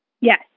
Yes